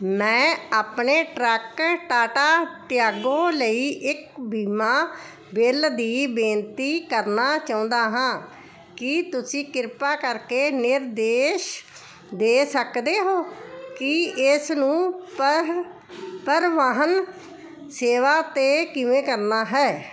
ਮੈਂ ਆਪਣੇ truck Tata Tiago ਲਈ ਇੱਕ ਬੀਮਾ ਬਿੱਲ ਦੀ ਬੇਨਤੀ ਕਰਨਾ ਚਾਹੁੰਦਾ ਹਾਂ ਕੀ ਤੁਸੀਂ ਕ੍ਰਿਪਾ ਕਰਕੇ ਨਿਰਦੇਸ਼ ਦੇ ਸਕਦੇ ਹੋ ਕਿ ਇਸ ਨੂੰ ਪਰਿਵਾਹਨ ਸੇਵਾ 'ਤੇ ਕਿਵੇਂ ਕਰਨਾ ਹੈ